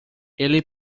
ele